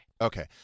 Okay